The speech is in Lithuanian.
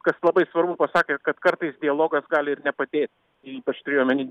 kas labai svarbu pasakė kad kartais dialogas gali ir nepadėt ir ypač turėjo omeny